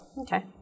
Okay